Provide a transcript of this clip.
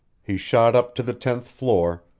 he shot up to the tenth floor,